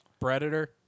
Predator